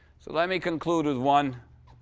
so let me conclude with one.